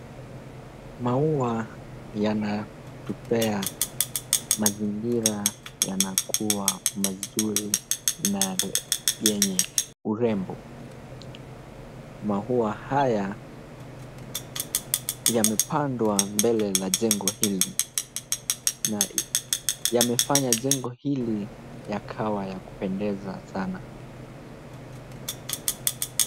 Maua yanatupea mazingira yanakuwa mazuri na yenye urembo. Maua haya yamepandwa mbele la jengo hili na yamefanya jengo hili yakawa ya kupendeza sana.